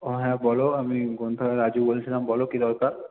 ও হ্যাঁ বলো আমি গ্রন্থাগারের রাজু বলছিলাম বলো কী দরকার